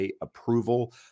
approval